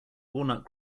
walnut